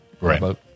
Right